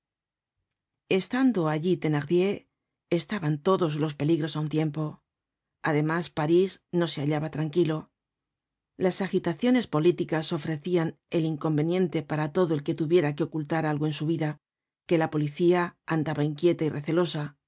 estando allí thenardier estaban todos los peligros á un tiempo además parís no se hallaba tranquilo las agitaciones políticas ofrecían el inconveniente para todo el que tuviera que ocultar algo en su vida que la policía andaba inquieta y recelosa